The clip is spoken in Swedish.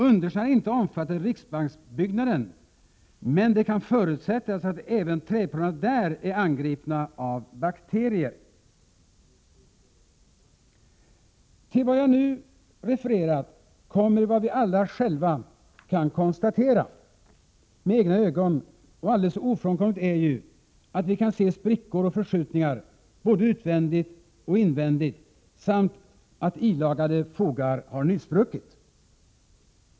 Undersökningen har inte omfattat riksbanksbyggnaden men det kan förutsättas att även träpålarna där är angripna av bakterier.” Till vad jag nu refererat kommer vad vi alla själva kan konstatera med egna ögon. Och alldeles ofrånkomligt är ju att vi kan se sprickor och förskjutningar både utvändigt och invändigt samt att ilagade fogar har nyspruckit.